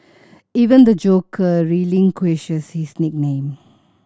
even the Joker relinquishes his nickname